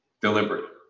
deliberate